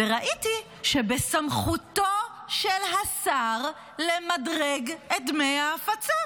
וראיתי שבסמכותו של השר למדרג את דמי ההפצה.